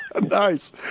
Nice